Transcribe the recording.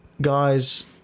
guys